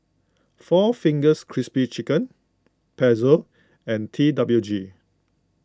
four Fingers Crispy Chicken Pezzo and T W G